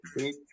big